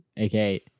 okay